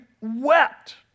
wept